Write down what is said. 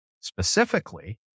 Specifically